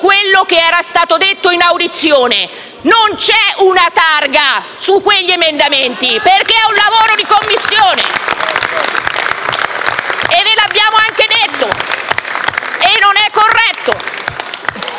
quello che era stato detto in audizione. Non c'è una targa su quegli emendamenti, perché è un lavoro di Commissione, e ve lo abbiamo anche detto: non è corretto!